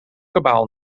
kabaal